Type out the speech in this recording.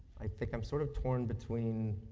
i think i'm sort of torn between